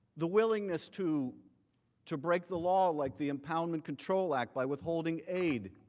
the willingness to to break the law like the impound and control act by withholding aid